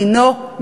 דינו,